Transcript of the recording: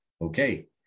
Okay